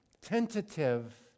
tentative